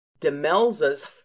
Demelza's